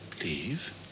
Leave